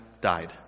died